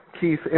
Keith